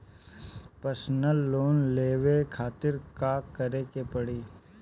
Personal loan लेवे खातिर का करे के पड़ी?